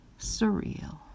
Surreal